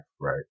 right